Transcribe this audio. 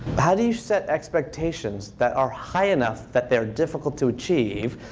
how do you set expectations that are high enough that they're difficult to achieve,